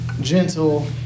gentle